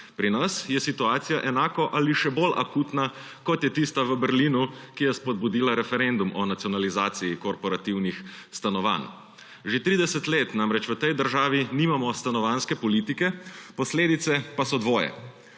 Pri nas je situacija enako ali še bolj akutna, kot je tista v Berlinu, ki je spodbudila referendum o nacionalizaciji korporativnih stanovanj. Že 30 let namreč v tej državi nimamo stanovanjske politike, posledic pa je dvoje.